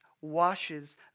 washes